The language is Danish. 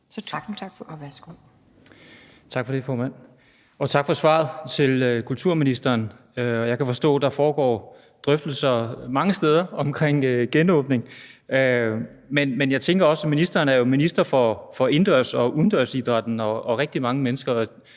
Tak for det, formand, og tak for svaret til kulturministeren. Jeg kan forstå, at der foregår drøftelser mange steder omkring genåbning, men jeg tænker også, at når ministeren jo er minister for indendørs- og udendørsidrætten, altså for rigtig mange mennesker,